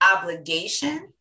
obligation